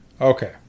Okay